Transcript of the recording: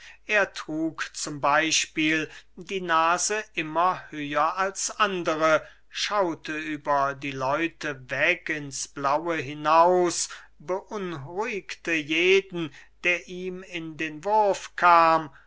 er trug z b die nase immer höher als andere schaute über die leute weg ins blaue hinaus beunruhigte jeden der ihm in den wurf kam